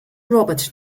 robert